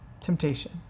temptation